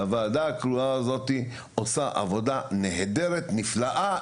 והוועדה הקרואה הזו עושה עבודה נהדרת ונפלאה,